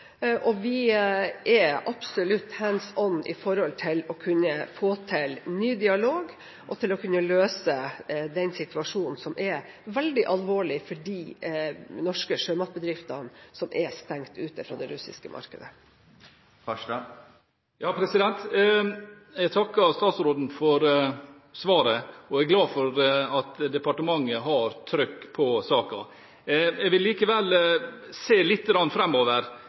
og vi er absolutt «hands on» for å få til ny dialog og for å kunne løse den situasjonen, som er veldig alvorlig for de norske sjømatbedriftene som er stengt ute fra det russiske markedet. Jeg takker statsråden for svaret og er glad for at departementet har trøkk på saken. Jeg vil likevel se lite grann